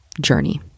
journey